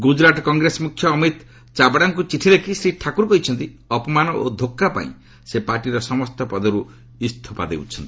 ଗୁଜରାଟ୍ କଂଗ୍ରେସ ମୁଖ୍ୟ ଅମିତ୍ ଚାବଡ଼ାଙ୍କୁ ଚିଠି ଲେଖି ଶ୍ରୀ ଠାକୁର କହିଛନ୍ତି ଅପମାନ ଓ ଧୋକ୍କା ପାଇଁ ସେ ପାର୍ଟିର ସମସ୍ତ ପଦରୁ ଇସ୍ତଫା ଦେଉଛନ୍ତି